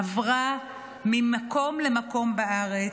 עברה ממקום למקום בארץ,